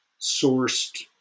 sourced